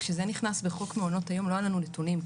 כשזה נכנס בחוק מעונות היום לא היה לנו נתונים,